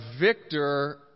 victor